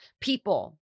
people